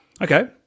Okay